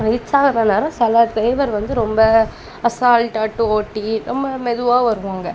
reach ஆகுற நேரம் சில ட்ரைவர் வந்து ரொம்ப அசால்ட்டாக ஓட்டி ரொம்ப மெதுவாக வருவாங்கள்